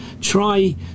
Try